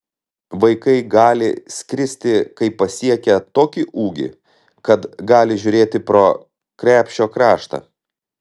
vaikai gali skristi kai pasiekia tokį ūgį kad gali žiūrėti pro krepšio kraštą